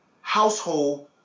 household